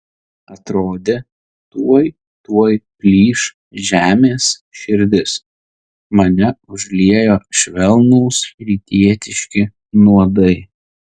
atrodė tuoj tuoj plyš žemės širdis mane užliejo švelnūs rytietiški nuodai